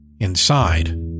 Inside